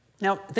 Now